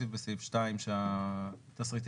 26 - 33,